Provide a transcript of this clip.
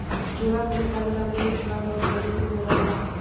चूल्हा फुके खातिर लकड़ी के इस्तेमाल बहुत पहिले से हो रहल बा